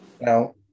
Now